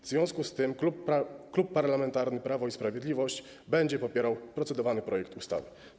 W związku z tym Klub Parlamentarny Prawo i Sprawiedliwość będzie popierał procedowany projekt ustawy.